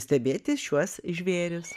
stebėti šiuos žvėris